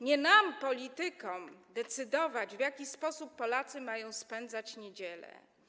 Nie nam, politykom, decydować, w jaki sposób Polacy mają spędzać niedziele.